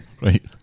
Right